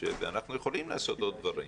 קשב ואנחנו יכולים לעשות עוד דברים.